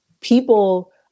people